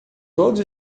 todos